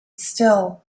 still